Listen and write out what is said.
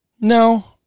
No